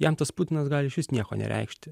jam tas putinas gali išvis nieko nereikšti